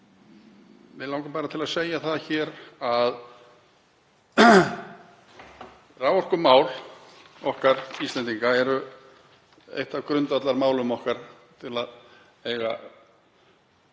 Mig langar til að segja það hér að raforkumál okkar Íslendinga eru eitt af grundvallarmálum okkar til að eiga